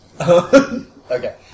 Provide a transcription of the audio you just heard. Okay